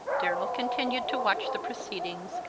darrell continued to watch the proceedings,